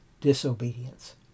disobedience